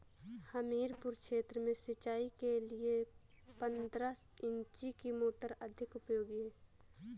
हमीरपुर क्षेत्र में सिंचाई के लिए पंद्रह इंची की मोटर अधिक उपयोगी है?